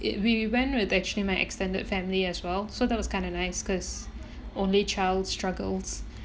it we went with actually my extended family as well so that was kind of nice cause only child struggles